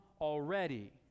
already